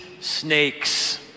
snakes